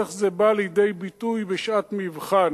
איך זה בא לידי ביטוי בשעת מבחן.